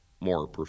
more